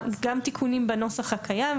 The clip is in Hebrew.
גם תיקונים בנוסח הקיים,